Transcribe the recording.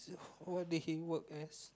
what did he work as